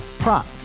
Prop